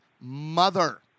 mother